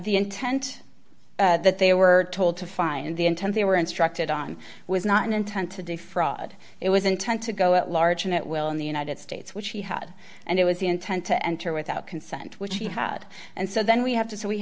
the intent that they were told to find the intent they were instructed on was not an intent to defraud it was intent to go at large an at will in the united states which he had and it was the intent to enter without consent which he had and so then we have to say we